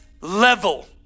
level